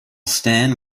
stan